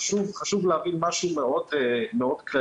חשוב להבין משהו מאוד כללי.